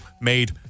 made